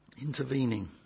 intervening